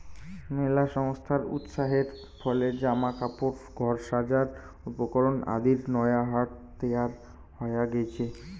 মেলা সংস্থার উৎসাহের ফলে জামা কাপড়, ঘর সাজার উপকরণ আদির নয়া হাট তৈয়ার হয়া গেইচে